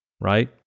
right